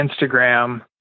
Instagram